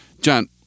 John